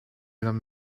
them